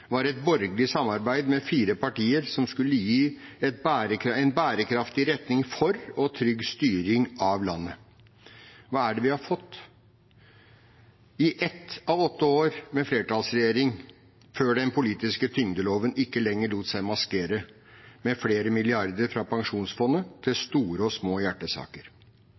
var et borgerlig samarbeid med fire partier som skulle gi en bærekraftig retning for og trygg styring av landet. Hva er det vi har fått? Et av åtte år med flertallsregjering – den politiske tyngdeloven lot seg ikke lenger maskere med flere milliarder fra pensjonsfondet til store og små hjertesaker.